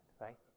right